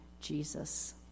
Jesus